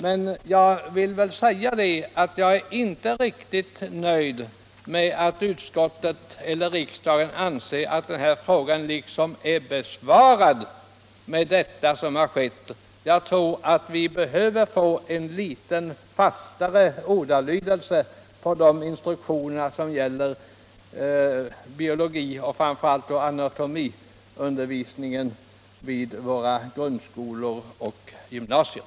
Men jag vill säga att jag inte är riktigt nöjd, om utskottet och riksdagen anser att hela denna fråga är besvarad med det som har redovisats i utskottets betänkande. Jag tror att vi behöver litet fastare ordalydelse i de instruktioner som gäller biologioch framför allt anatomiundervisningen vid våra grundskolor och gymnasier.